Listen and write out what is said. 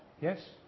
Yes